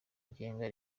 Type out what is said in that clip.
ngenga